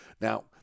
Now